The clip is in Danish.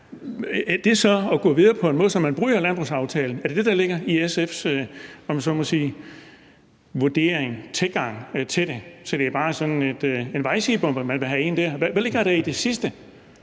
er det så at gå videre på en måde, så man bryder landbrugsaftalen? Er det det, der ligger i SF's, om man så må sige, vurdering, tilgang til det? Er det bare sådan en vejsidebombe, man vil have ind der? Hvad ligger der i det sidste?